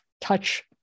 touch